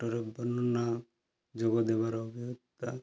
ଫଟୋର ବର୍ଣ୍ଣନା ଯୋଗଦେବାର ଅଭିଜ୍ଞତା